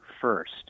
first